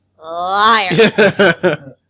Liar